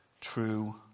true